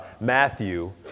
Matthew